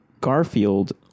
Garfield